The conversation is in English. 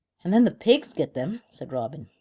and then the pigs get them, said robin.